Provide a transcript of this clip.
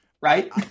right